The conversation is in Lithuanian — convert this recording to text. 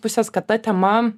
pusės kad ta tema